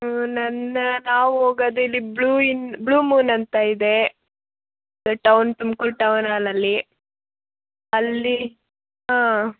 ನನ್ನ ನಾವು ಹೋಗದ್ ಇಲ್ಲಿ ಬ್ಲೂ ಇನ್ ಬ್ಲೂ ಮೂನ್ ಅಂತ ಇದೆ ಟೌನ್ ತುಮ್ಕೂರು ಟೌನ್ ಆಲಲ್ಲಿ ಅಲ್ಲಿ ಹಾಂ